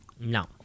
no